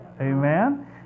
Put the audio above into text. Amen